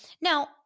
Now